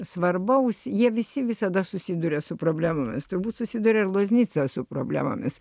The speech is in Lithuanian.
svarbaus jie visi visada susiduria su problemomis turbūt susiduria ir loznica su problemomis